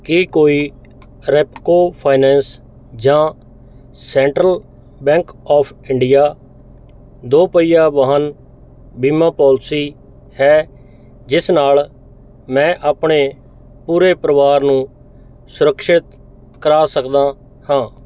ਕੀ ਕੋਈ ਰੈਪਕੋ ਫਾਈਨੈਂਸ ਜਾਂ central bank of India ਦੋਪਹੀਆ ਵਾਹਨ ਬੀਮਾ ਪੋਲਿਸੀ ਹੈ ਜਿਸ ਨਾਲ ਮੈਂ ਆਪਣੇ ਪੂਰੇ ਪਰਿਵਾਰ ਨੂੰ ਸੁਰਿਕਸ਼ਿਤ ਕਰਾ ਸਕਦਾ ਹਾਂ